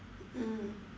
mm